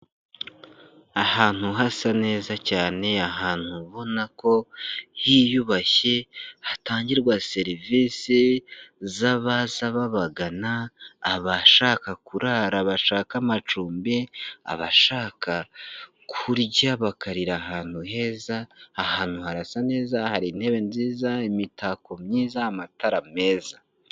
Ahantu hasa neza cyane, ahantu ubona ko hiyubashye, hatangirwa serivisi z'abaza babagana, abashaka kurara bashaka amacumbi, abashaka kurya bakarira ahantu heza, aha ahantu harasa neza, hari intebe nziza, imitako myiza, amatara meza.